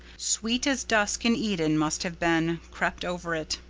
sweet as dusk in eden must have been, crept over it.